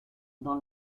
dans